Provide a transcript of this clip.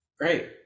Great